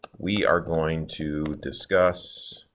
we are going to discuss.